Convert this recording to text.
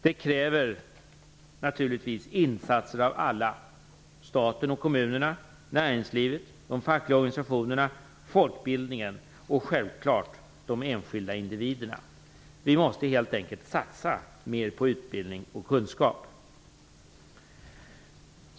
Det kräver naturligtvis insatser av alla: staten och kommunerna, näringslivet, de fackliga organisationerna, folkbildningen och självklart de enskilda individerna. Vi måste helt enkelt satsa mer på utbildning och kunskap.